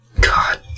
God